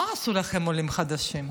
מה עשו לכם העולים החדשים?